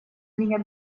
меня